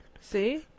See